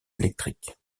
électriques